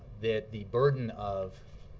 that the burden of